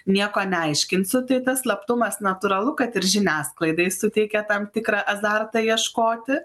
nieko neaiškinsiu tai tas slaptumas natūralu kad ir žiniasklaidai suteikia tam tikrą azartą ieškoti